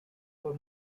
for